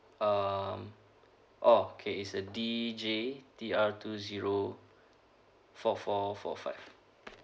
um oh okay is uh D J T R two zero four four four five